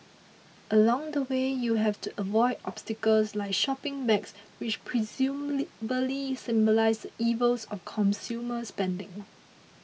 along the way you have to avoid obstacles like shopping bags which presumably symbolise the evils of consumer spending